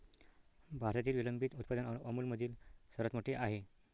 भारतातील विलंबित उत्पादन अमूलमधील सर्वात मोठे आहे